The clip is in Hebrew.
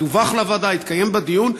ידוּוח לוועדה ויתקיים בה דיון,